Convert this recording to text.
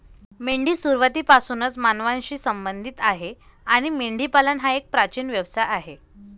मेंढी सुरुवातीपासूनच मानवांशी संबंधित आहे आणि मेंढीपालन हा एक प्राचीन व्यवसाय आहे